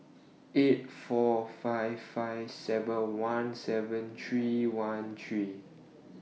eight four five five seven one seven three one three